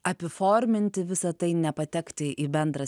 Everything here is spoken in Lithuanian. apiforminti visa tai nepatekti į bendrą